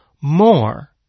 more